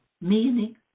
meaning